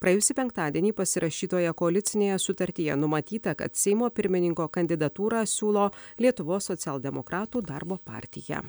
praėjusį penktadienį pasirašytoje koalicinėje sutartyje numatyta kad seimo pirmininko kandidatūrą siūlo lietuvos socialdemokratų darbo partija